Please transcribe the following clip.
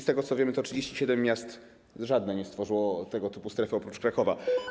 Z tego, co wiem, to z 37 miast żadne nie stworzyło tego typu strefy oprócz Krakowa.